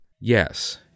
Yes